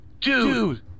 Dude